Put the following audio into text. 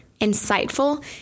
insightful